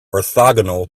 orthogonal